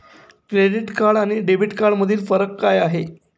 Credit card आणि debit कार्डमधील फरक काय आहे?